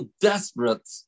desperate